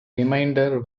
remainder